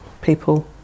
people